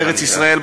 בארץ-ישראל,